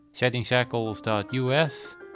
SheddingShackles.us